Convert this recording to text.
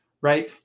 Right